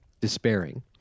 despairing